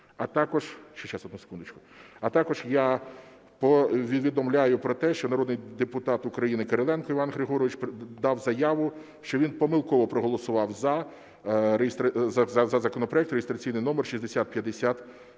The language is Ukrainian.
А також я повідомляю про те, що народний депутат України Кириленко Іван Григорович дав заяву, що він помилково проголосував "за" за законопроект реєстраційний номер 6055.